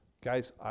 Guys